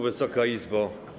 Wysoka Izbo!